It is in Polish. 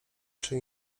czy